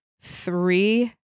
three